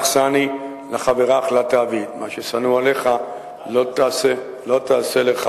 סני לחברך לא תעביד" מה ששנוא עליך לא תעשה לחברך.